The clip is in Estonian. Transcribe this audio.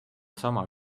sama